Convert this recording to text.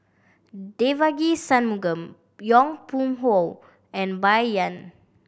Devagi Sanmugam Yong Pung How and Bai Yan